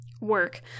work